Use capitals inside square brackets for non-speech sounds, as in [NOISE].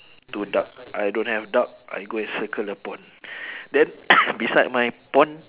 two duck I don't have duck I go and circle the pond then [COUGHS] beside my pond